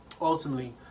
ultimately